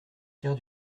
tiers